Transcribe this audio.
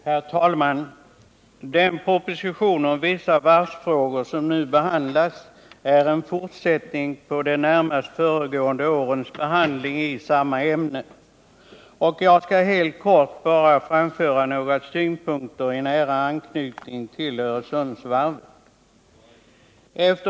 Herr talman! Den proposition om vissa varvsfrågor som nu behandlas är en fortsättning på de närmast föregående årens behandling av samma ämne. Jag skall helt kort bara framföra några synpunkter som har nära anknytning till Öresundsvarvet.